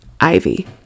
Ivy